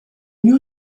new